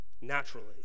naturally